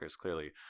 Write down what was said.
clearly